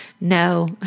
No